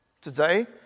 today